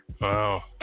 Wow